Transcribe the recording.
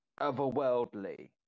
otherworldly